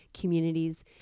communities